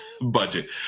budget